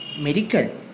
medical